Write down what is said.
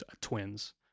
twins